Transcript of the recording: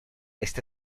este